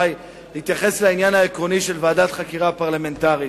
להתייחס לעניין העקרוני של ועדת חקירה פרלמנטרית.